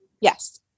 Yes